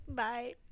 bye